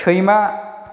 सैमा